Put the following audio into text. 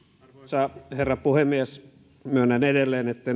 arvoisa herra puhemies myönnän edelleen että